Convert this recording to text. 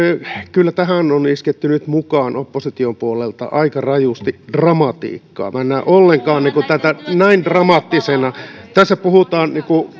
kyllä tähän on isketty nyt mukaan opposition puolelta aika rajusti dramatiikkaa minä en näe tätä ollenkaan näin dramaattisena tässä puhutaan